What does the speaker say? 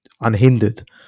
unhindered